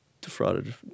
defrauded